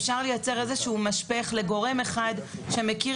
אפשר לייצר איזשהו משפך לגורם אחד שמכיר